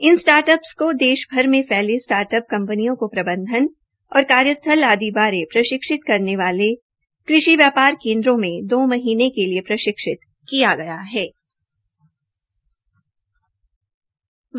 इस start up को देशभर में फैले स्टार्टअप कंपनियों को प्रबंधन और कार्यस्थल आदि बारे प्रशिक्षित करने वाले कृषित व्यापार केन्द्रों में दो महीनें के लिए प्रशिक्षित किया जायेगा